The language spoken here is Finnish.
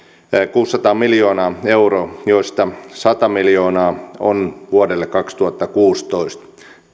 kuusisataa miljoonaa euroa joista sata miljoonaa on vuodelle kaksituhattakuusitoista